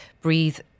breathe